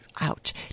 ouch